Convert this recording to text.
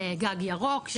גג ירוק,